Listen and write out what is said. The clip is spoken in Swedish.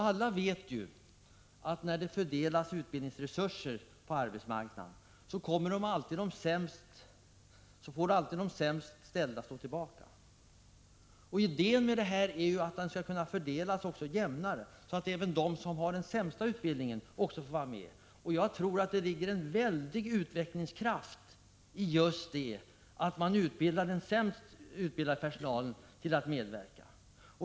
Alla vet ju att när man fördelar utbildningsresurser på arbetsmarknaden får alltid de sämst ställda stå tillbaka. Idén med utbildningsfonder är att medlen skall kunna fördelas jämnare, så att även de som har den sämsta utbildningen skall få vara med. Jag tror att det ligger en väldig utvecklingskraft i att man utbildar den sämst utbildade personalen till att medverka.